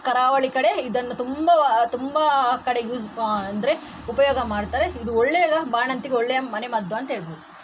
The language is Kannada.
ಕರಾವಳಿ ಕಡೆ ಇದನ್ನು ತುಂಬ ತುಂಬ ಕಡೆ ಯೂಸ್ ಅಂದರೆ ಉಪಯೋಗ ಮಾಡ್ತಾರೆ ಇದು ಒಳ್ಳೆಯ ಬಾಣಂತಿಗೆ ಒಳ್ಳೆಯ ಮನೆಮದ್ದುಅಂತ ಹೇಳ್ಬೋದು